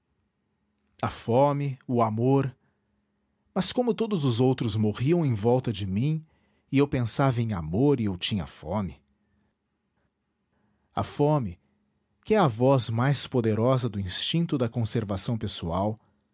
a fome o amor mas como todos os outros morriam em volta de mim e eu pensava em amor e eu tinha fome a fome que é a voz mais poderosa do instinto da conservação pessoal